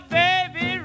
baby